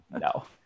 no